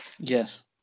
Yes